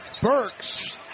Burks